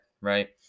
right